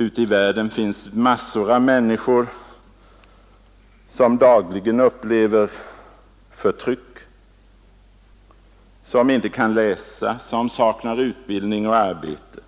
Ute i världen finns massor av människor som dagligen upplever förtryck, som inte kan läsa, som saknar utbildning och arbete.